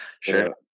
sure